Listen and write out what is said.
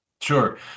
Sure